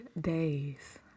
days